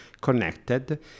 connected